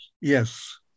Yes